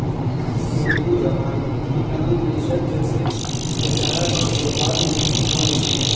اردو زبان مقامی معیشت جیسے تجارت اور ویوپار میں بھی استعمال ہوتی ہے